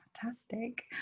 fantastic